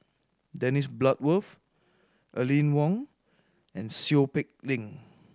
Dennis Bloodworth Aline Wong and Seow Peck Leng